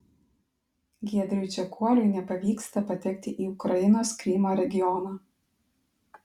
giedriui čekuoliui nepavyksta patekti į ukrainos krymo regioną